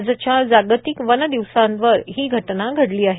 आजच्या जागीतक वन दिवसांवर ही घटना घडली आहे